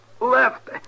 left